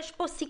יש פה סיכול.